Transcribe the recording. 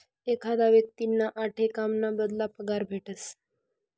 एखादा व्यक्तींना आठे काम ना बदला पगार भेटस